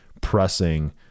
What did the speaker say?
pressing